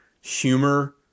humor